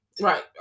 Right